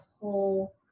whole